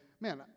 man